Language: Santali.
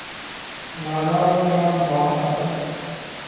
ᱞᱟᱜᱟᱣ ᱠᱟᱱᱟ ᱫᱷᱚᱰᱟᱸᱜᱟ ᱨᱮ